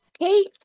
Okay